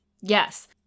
Yes